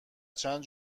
چند